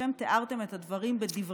ששלושתכם תיארתם את הדברים בדבריכם.